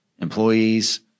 Employees